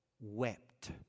wept